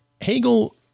Hegel